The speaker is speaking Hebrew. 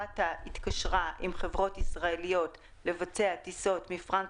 רת"א התקשרה עם חברות ישראליות לבצע טיסות מפרנקפורט,